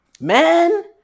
Man